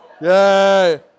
Yay